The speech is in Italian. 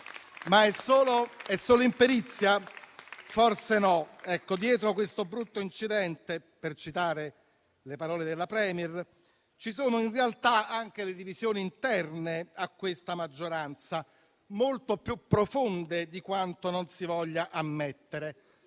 Ma è solo imperizia? Forse no. Dietro questo brutto incidente - per citare le parole del *Premier* - ci sono in realtà anche le divisioni interne a questa maggioranza, molto più profonde di quanto non si voglia ammettere.